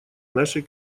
нашей